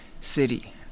city